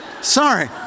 Sorry